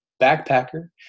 backpacker